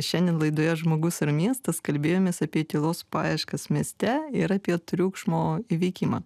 šiandien laidoje žmogus ir miestas kalbėjomės apie tylos paieškas mieste ir apie triukšmo įveikimą